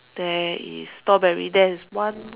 there is strawberry there is one